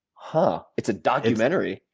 huh it's a documentary?